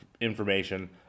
information